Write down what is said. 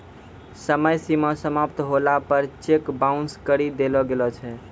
समय सीमा समाप्त होला पर चेक बाउंस करी देलो गेलो छै